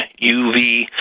UV